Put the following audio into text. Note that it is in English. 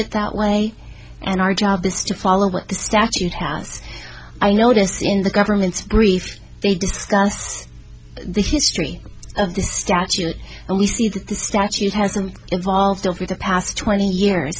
it that way and our job is to follow what the statute has i noticed in the government's grief they discuss the history of this statute and we see that the statute has been involved over the past twenty years